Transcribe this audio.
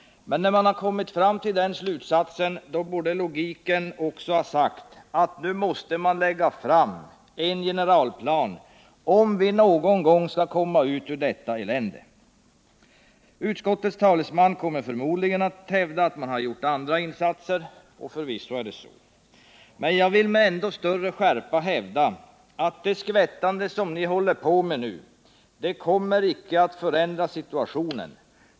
Men när man nu har kommit fram till den, borde logiken också ha sagt, att man nu måste lägga fram en generalplan för att vi någon gång skall komma ur detta elände. Utskottets talesman kommer förmodligen att hävda att man också har gjort andra insatser, och förvisso är det så. Men jag vill med ändå större skärpa hävda, att det skvättande som ni nu håller på med icke kommer att förändra situationen.